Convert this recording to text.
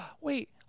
wait